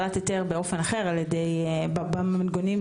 אני גם אעביר לך בשמחה את הרשימה שתאושר בהתאם לנוהל,